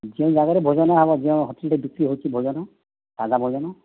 ଯେଉଁ ଜାଗାରେ ଭୋଜନ ହେବ ଯେଉଁ ହୋଟେଲ୍ରେ ବିକ୍ରି ହେଉଛି ଭୋଜନ ସାଧା ଭୋଜନ